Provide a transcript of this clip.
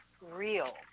real